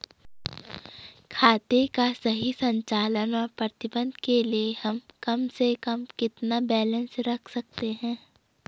खाते का सही संचालन व प्रबंधन के लिए हम कम से कम कितना बैलेंस रख सकते हैं?